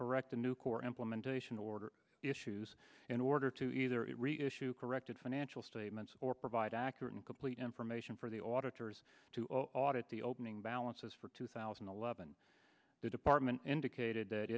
correct the new core implementation order issues in order to either it reissue corrected financial statements or provide accurate and complete information for the auditor's to audit the opening balances for two thousand and eleven the department indicated that